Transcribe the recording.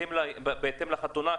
בהתאם לחתונה?